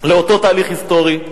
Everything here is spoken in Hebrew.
לאותו תהליך היסטורי.